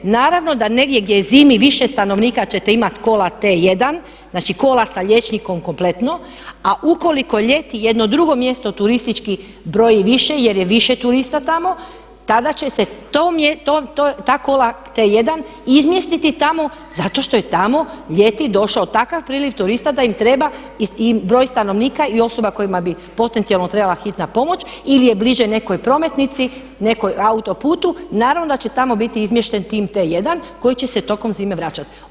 Naravno da negdje gdje je zimi više stanovnika ćete imati kola T1, znači kola sa liječnikom kompletnom, a ukoliko ljeti jedno drugo mjesto turistički broji više jer je više turista tamo tada će se ta kola T1 izmjestiti tamo zato što je tamo ljeti došao takav priljev turista da im treba, i broj stanovnika i osoba kojima bi potencijalno trebala hitna pomoć ili je bliže nekoj prometnici, nekom autoputu, naravno da će tamo biti izmješten tim T1 koji će se tokom zime vraćati.